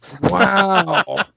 Wow